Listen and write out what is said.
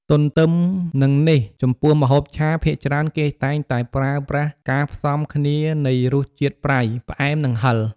ទ្ទឹមនឹងនេះ ចំពោះម្ហូបឆា ភាគច្រើនគេតែងតែប្រើប្រាស់ការផ្សំគ្នានៃរសជាតិប្រៃ ផ្អែម និងហឹរ។